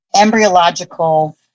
embryological